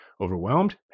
Overwhelmed